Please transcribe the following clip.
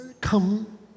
come